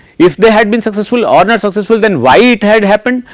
if they had been successful or not successful then why it had happen.